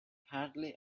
hardly